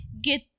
get